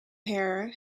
hair